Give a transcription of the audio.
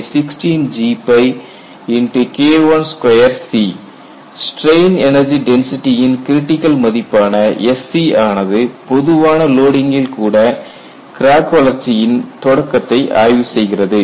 Sc 216GKIC2 strain energy டென்சிட்டியின் critical மதிப்பான Sc ஆனது பொதுவான லோடிங்கில் கூட கிராக் வளர்ச்சியின் தொடக்கத்தை ஆய்வு செய்கிறது